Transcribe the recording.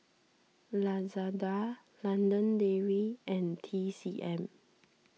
Lazada London Dairy and T C M